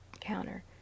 counter